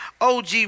OG